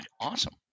Awesome